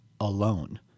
alone